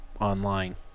online